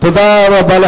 תודה רבה.